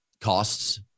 costs